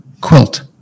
Quilt